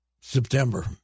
September